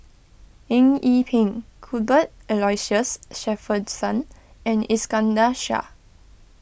Eng Yee Peng Cuthbert Aloysius Shepherdson and Iskandar Shah